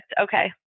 Okay